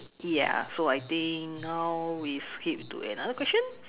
ya so I think now we skip to another question